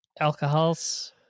alcohols